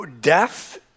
Death